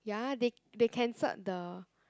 ya they they cancelled the